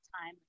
time